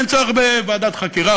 ואין צורך בוועדת חקירה,